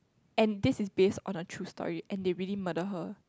and this is based on the true story and they really murder her